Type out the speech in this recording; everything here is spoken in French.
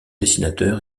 dessinateur